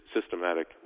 systematic